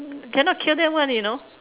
cannot kill them one you know